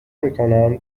میکنم